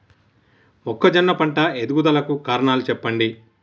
మొక్కజొన్న పంట ఎదుగుదల కు కారణాలు చెప్పండి?